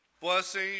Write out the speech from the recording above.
blessing